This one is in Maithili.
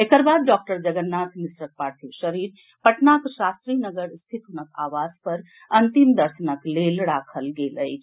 एकर बाद डॉक्टर जगन्नाथ मिश्रक पार्थिव शरीर पटनाक शास्त्रीनगर स्थित आवास पर अंतिम दर्शनक लेल राखल गेल अछि